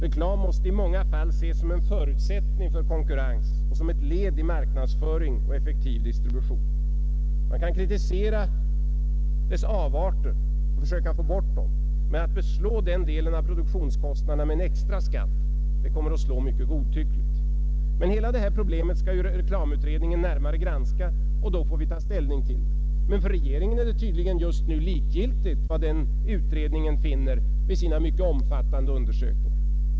Reklam måste i många fall ses som en förutsättning för konkurrens och som ett led i marknadsföring och effektiv distribution. Man kan kritisera dess avarter och försöka få bort dem, men att belägga den delen av produktionskostnaderna med en extra skatt kommer att slå mycket godtyckligt. Hela detta problem skall reklamutredningen närmare granska, och då får vi ta ställning till det. Men för regeringen är det tydligen just nu likgiltigt vad den utredningen finner vid sina mycket omfattande undersökningar.